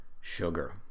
sugar